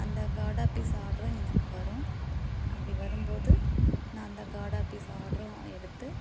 அந்த காடா பீஸ் ஆர்டரும் எனக்கு வரும் அப்படி வரும் போது நான் அந்த காடா பீஸ் ஆர்டரும் எடுத்து